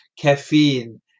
caffeine